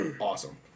awesome